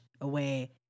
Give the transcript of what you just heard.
away